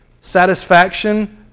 satisfaction